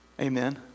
Amen